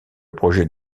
projet